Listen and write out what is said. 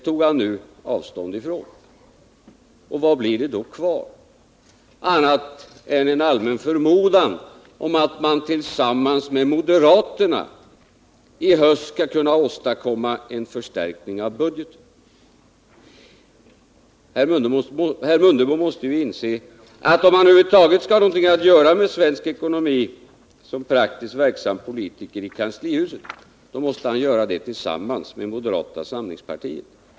Vad blir det då kvar annat än en allmän förmodan om att man tillsammans med moderaterna i höst skall kunna åstadkomma en förstärkning av budgeten? Herr Mundebo måste ju inse att om han över huvud taget skall ha något att göra med svensk ekonomi som praktiskt verksam politiker i kanslihuset måste det vara tillsammans med moderata samlingspartiet.